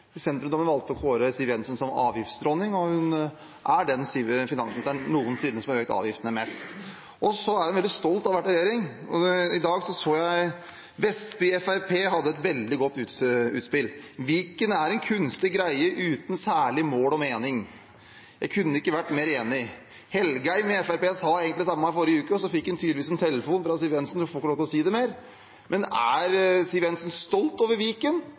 valgte å kåre Siv Jensen til avgiftsdronning, og hun er den finansministeren som har økt avgiftene mest noensinne. Hun er også veldig stolt over å ha vært i regjering. I dag så jeg at Vestby FrP hadde et veldig godt utspill: «Viken er en kunstig greie uten særlig mål og mening». Jeg kunne ikke vært mer enig. Fremskrittsparti-representanten Engen-Helgheim sa egentlig det samme i forrige uke, og så fikk han tydeligvis en telefon fra Siv Jensen om at han ikke fikk lov til å si det lenger. Er Siv Jensen stolt over